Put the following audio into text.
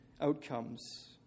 outcomes